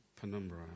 penumbra